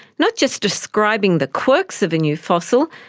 not just describing the quirks of a new fossil,